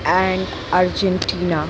and Argentina